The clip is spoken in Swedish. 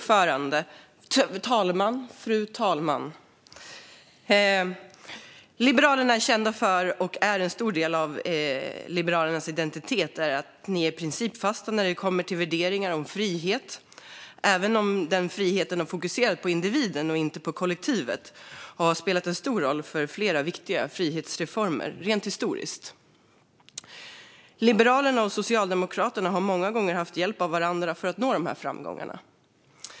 Fru talman! Liberalerna är kända för - det är en stor del av Liberalernas identitet - att vara principfasta när det kommer till värderingar om frihet, även om den friheten är fokuserad på individen och inte på kollektivet. Det har historiskt spelat stor roll för flera viktiga frihetsreformer. Liberalerna och Socialdemokraterna har många gånger haft hjälp av varandra för att nå de framgångarna.